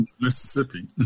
Mississippi